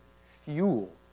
fuel